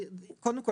קודם כול,